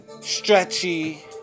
stretchy